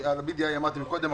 על ה-BDI דיברתם קודם,